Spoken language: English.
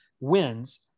wins